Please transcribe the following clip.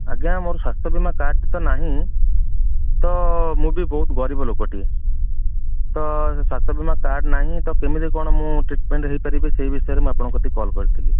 ଆଜ୍ଞା ମୋର ସ୍ୱାସ୍ଥ୍ୟ ବୀମା କାର୍ଡଟି ତ ନାହିଁ ତ ମୁଁ ବି ବହୁତ ଗରିବ ଲୋକଟିଏ ତ ସେ ସ୍ୱାସ୍ଥ୍ୟ ବୀମା କାର୍ଡ଼ ନାହିଁ ତ କେମିତି କ'ଣ ମୁଁ ଟ୍ରିଟମେଣ୍ଟ ହୋଇପାରିବି ସେଇ ବିଷୟରେ ମୁଁ ଆପଣଙ୍କ ପାଖକୁ କଲ୍ କରିଥିଲି